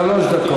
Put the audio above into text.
שלוש דקות.